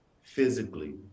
physically